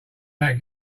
that